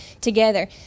together